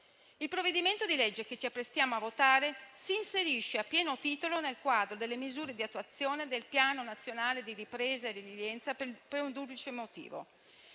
Il provvedimento di legge che ci apprestiamo a votare si inserisce a pieno titolo nel quadro delle misure di attuazione del Piano nazionale di ripresa e resilienza per un duplice motivo.